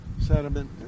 sediment